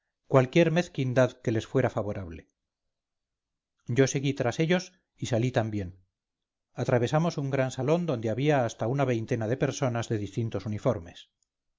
cualquier mezquindad que les fuera favorable yo seguí tras ellos y salí también atravesamos un gran salón donde había hasta una veintena de personas de distintos uniformes